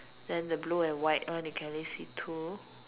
then the blue and white one you can only see two